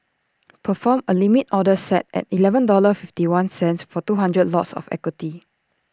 perform A limit order set at Eleven dollars fifty one cents for two hundred lots of equity